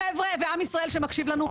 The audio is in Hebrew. חברים ועם ישראל שמקשיב לנו,